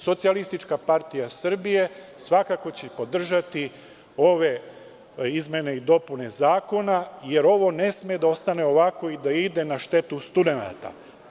Socijalistička partija Srbije svakako će podržati ove izmene i dopune zakona, jer ovo ne sme da ostane ovako i da ide na štetu studenata.